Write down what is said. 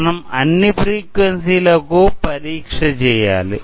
మనం అన్ని ఫ్రీక్వెన్సీ ల కు పరీక్ష చెయ్యాలి